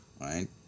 right